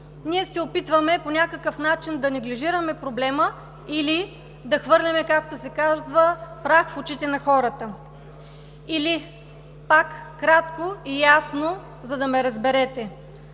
ние се опитваме по някакъв начин да неглижираме проблема или да хвърляме, както се казва, прах в очите на хората. Или, пак кратко и ясно, за да ме разберете,